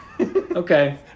Okay